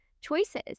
choices